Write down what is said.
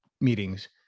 meetings